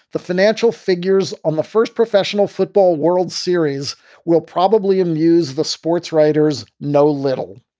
the financial figures on the first professional football world series will probably amuse the sports writers know little.